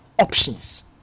options